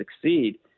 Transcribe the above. succeed